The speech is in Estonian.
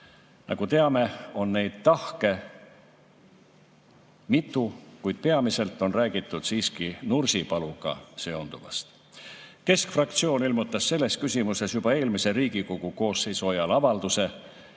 Nagu teame, on neid tahke mitu, kuid peamiselt on räägitud siiski Nursipaluga seonduvast. Keskfraktsioon ilmutas selles küsimuses juba eelmise Riigikogu koosseisu ajal avalduse,